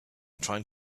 trying